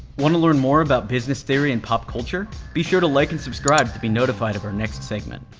wanna learn more about business theory and pop culture? be sure to like and subscribe to be notified of our next segment.